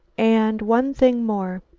and one thing more,